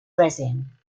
resin